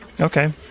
Okay